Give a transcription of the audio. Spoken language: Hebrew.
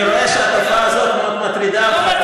אני רואה שהתופעה הזאת מאוד מטרידה אותך,